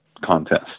contest